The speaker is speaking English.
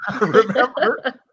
remember